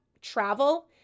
travel